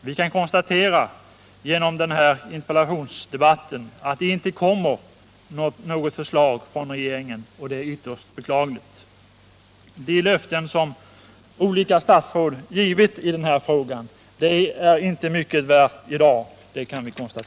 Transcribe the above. Vi kan konstatera genom den här interpellationsdebatten att det inte kommer något förslag från regeringen, och det är ytterst beklagligt. De löften som olika statsråd givit i denna fråga är alltså inte mycket värda i dag.